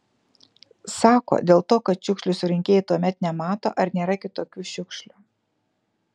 sako dėl to kad šiukšlių surinkėjai tuomet nemato ar nėra kitokių šiukšlių